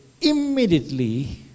Immediately